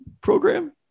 program